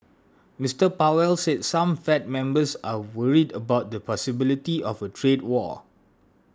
Mister Powell said some Fed members are worried about the possibility of a trade war